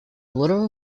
literal